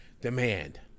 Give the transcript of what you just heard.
demand